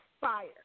Fire